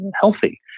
healthy